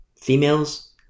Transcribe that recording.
Females